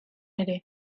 ere